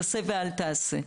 עשה ואל תעשה,